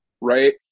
right